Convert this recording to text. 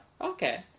Okay